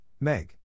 Meg